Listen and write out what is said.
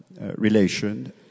relation